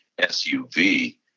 SUV